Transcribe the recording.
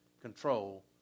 control